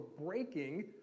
breaking